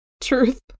Truth